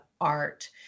art